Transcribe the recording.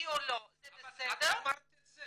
יהודי או לא זה בסדר --- אבל את שאלת את זה.